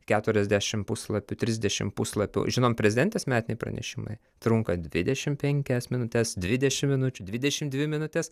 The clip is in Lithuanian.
keturiasdešimt puslapių trisdešimt puslapių žinom prezidentės metiniai pranešimai trunka dvidešimt penkias minutes dvidešimt minučių dvidešimt dvi minutes